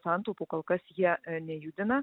santaupų kol kas jie nejudina